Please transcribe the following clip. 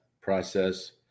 process